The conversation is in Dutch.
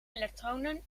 elektronen